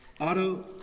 Auto